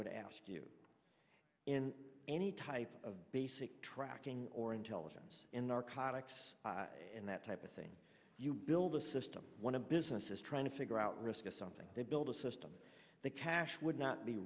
would ask you in any type of basic tracking or intelligence in narcotics and that type of thing you build a system when a business is trying to figure out risk of something they build a system the cash would not be